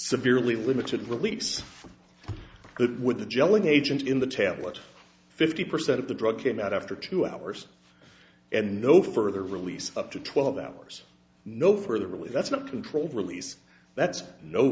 severely limited release with the gelug agent in the tablet fifty percent of the drug came out after two hours and no further release up to twelve hours no further really that's not controlled release that's no